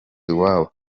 iwabo